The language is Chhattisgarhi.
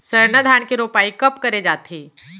सरना धान के रोपाई कब करे जाथे?